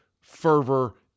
fervor